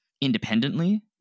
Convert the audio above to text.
independently